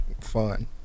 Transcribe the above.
Fun